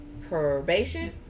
probation